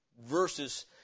versus